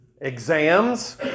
Exams